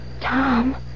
Tom